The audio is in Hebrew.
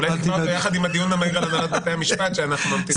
אולי תקבע ביחד עם הדיון המהיר על הנהלת בתי המשפט שאנחנו נמתין לו.